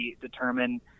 determine